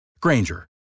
Granger